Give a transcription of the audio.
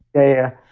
yeah,